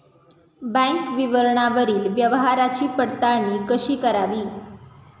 Bank विवरणावरील व्यवहाराची पडताळणी कशी करावी?